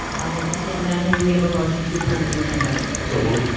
again, seeing none, may we have a motion to approve the agenda so moved.